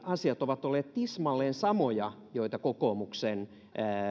asiat ovat olleet tismalleen samoja joita kokoomuksen